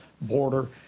border